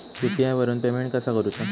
UPI वरून payment कसा करूचा?